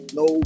no